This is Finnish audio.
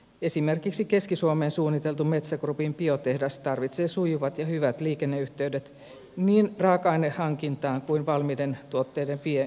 esimerkiksi keski suomeen suunniteltu metsä groupin biotehdas tarvitsee sujuvat ja hyvät liikenneyhteydet niin raaka ainehankintaan kuin valmiiden tuotteiden viemiseen